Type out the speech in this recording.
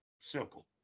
Simple